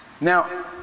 Now